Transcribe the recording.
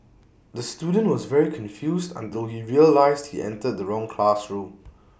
the student was very confused until he realised he entered the wrong classroom